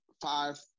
five